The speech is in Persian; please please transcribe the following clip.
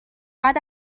بعد